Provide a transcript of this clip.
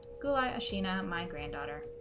goola sheena my granddaughter